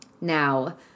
Now